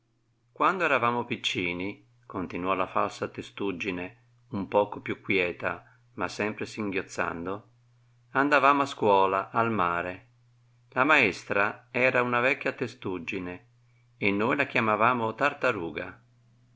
quando eravamo piccini continuò la falsa testuggine un poco più quieta ma sempre singhiozzando andavamo a scuola al mare la maestra era una vecchia testuggine e noi la chiamavamo tartaruga perchè